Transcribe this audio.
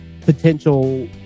potential